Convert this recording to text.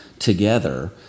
Together